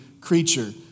creature